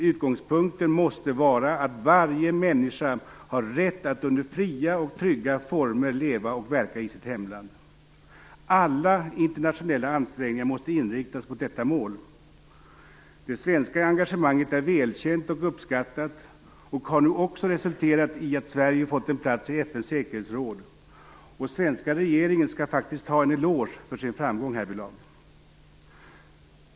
Utgångspunkten måste vara att varje människa har rätt att under fria och trygga former leva och verka i sitt hemland. Alla internationella ansträngningar måste inriktas mot detta mål. Det svenska engagemanget är välkänt och uppskattat och har nu också resulterat i att Sverige fått en plats i FN:s säkerhetsråd. Svenska regeringen skall ha en eloge för sin framgång härvidlag.